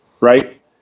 right